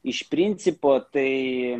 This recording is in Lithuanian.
iš principo tai